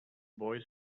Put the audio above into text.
boy